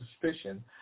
suspicion